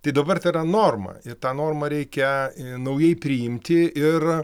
tai dabar tai yra norma ir tą normą reikia naujai priimti ir